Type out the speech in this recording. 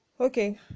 Okay